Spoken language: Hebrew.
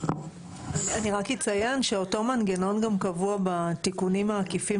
אני רק אציין שאותו מנגנון גם קבוע בתיקונים העקיפים